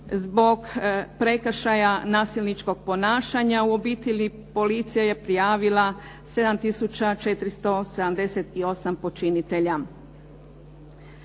zbog prekršaja nasilničkog ponašanja u obitelji, policija je prijavila 7 478 počinitelja.